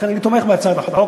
לכן, אני תומך בהצעת החוק.